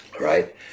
Right